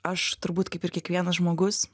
aš turbūt kaip ir kiekvienas žmogus